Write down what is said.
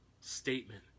statement